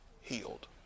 healed